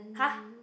!huh!